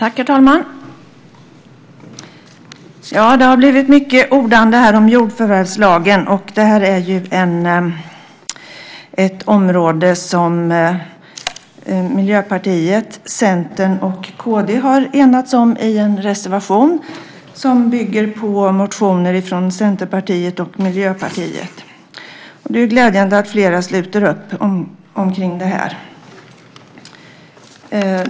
Herr talman! Det har blivit mycket ordande här om jordförvärvslagen. Det här är ett område där Miljöpartiet, Centern och Kristdemokraterna har enats om en reservation som bygger på motioner från Centerpartiet och Miljöpartiet. Det är ju glädjande att flera sluter upp kring den.